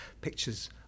pictures